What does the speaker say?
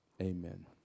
amen